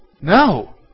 No